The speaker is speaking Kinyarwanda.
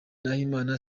nahimana